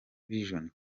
vision